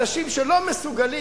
אנשים שלא מסוגלים.